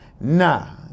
Nah